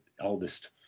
eldest